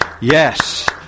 yes